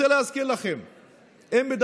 אני רוצה להזכיר לכם,